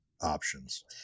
options